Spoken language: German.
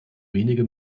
wenige